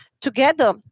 together